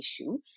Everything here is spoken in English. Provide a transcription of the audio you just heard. issue